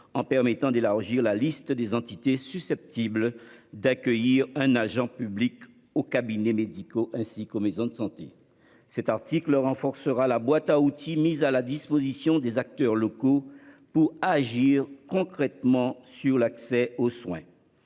en permettant l'élargissement de la liste des entités susceptibles d'accueillir un agent public aux cabinets médicaux et aux maisons de santé. Cette mesure renforcera la boîte à outils mise à la disposition des acteurs locaux pour agir concrètement sur l'accès aux soins.